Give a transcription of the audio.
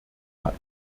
hat